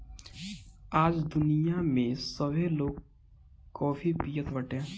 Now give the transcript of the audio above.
आज दुनिया में सभे लोग काफी पियत बाटे